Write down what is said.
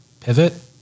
pivot